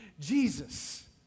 Jesus